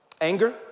anger